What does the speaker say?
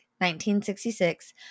1966